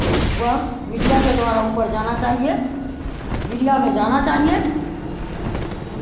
वह मीडिया के द्वारा ऊपर जाना चाहिए मीडिया में जाना चाहिए